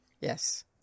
Yes